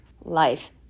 life